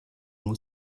nur